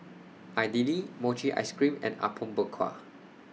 Idly Mochi Ice Cream and Apom Berkuah